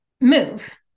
move